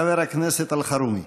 חבר הכנסת אלחרומי.